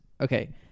okay